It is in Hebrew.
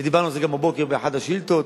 ודיברנו על זה גם בבוקר באחת השאילתות,